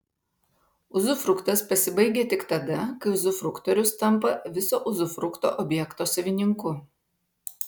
uzufruktas pasibaigia tik tada kai uzufruktorius tampa viso uzufrukto objekto savininku